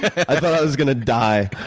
i thought i was going to die.